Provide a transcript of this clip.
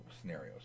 scenarios